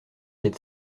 quais